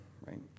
right